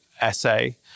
essay